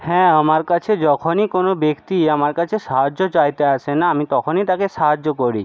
হ্যাঁ আমার কাছে যখনই কোনো ব্যক্তি আমার কাছে সাহায্য চাইতে আসে না আমি তখনই তাকে সাহায্য করি